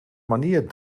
manier